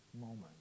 moment